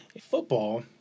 Football